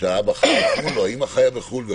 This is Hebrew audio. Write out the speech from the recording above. שהאב או האם חיים בחו"ל.